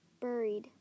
buried